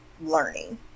learning